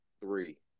Three